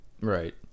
right